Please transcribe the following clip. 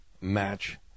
match